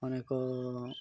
ଅନେକ